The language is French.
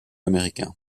américain